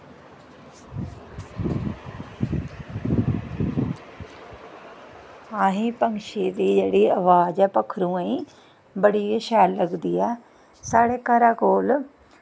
असें पंक्षी दी जेह्ड़ी अवाज़ ऐ पक्खरूएं दी बड़ा गै शैल लगदी ऐ साढ़े घरा कोल